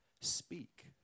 speak